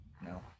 no